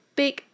big